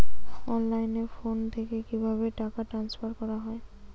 অনলাইনে ফোন থেকে কিভাবে টাকা ট্রান্সফার করা হয়?